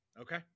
Okay